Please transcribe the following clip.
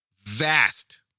vast